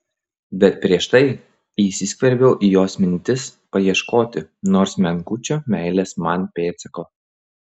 bet prieš tai įsiskverbiau į jos mintis paieškoti nors menkučio meilės man pėdsako